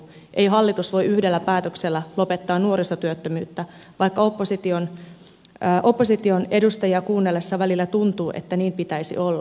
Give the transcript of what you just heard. ei hallitus voi yhdellä päätöksellä lopettaa nuorisotyöttömyyttä vaikka opposition edustajia kuunnellessa välillä tuntuu että niin pitäisi olla